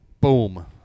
Boom